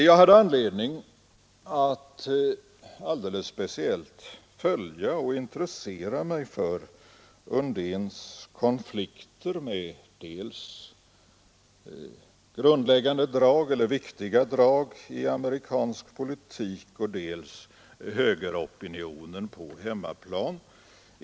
Jag hade anledning att alldeles speciellt följa och intressera mig dels för Undéns kritik mot viktiga drag i amerikansk politik, dels för högeropinionen på hemmaplan.